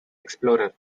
explorer